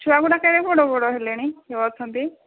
ଛୁଆଗୁଡ଼ାକ କେଡ଼େ ବଡ଼ ବଡ଼ ହେଲେଣି ଯୋଉ ଅଛନ୍ତି